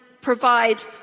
provide